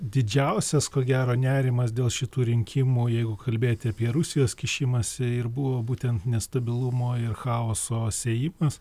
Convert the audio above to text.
didžiausias ko gero nerimas dėl šitų rinkimų jeigu kalbėti apie rusijos kišimąsi ir buvo būtent nestabilumo ir chaoso sėjimas